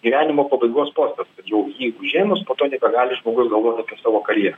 gyvenimo pabaigos postas jau jį užėmus po to nebegali žmogus galvot apie savo karjerą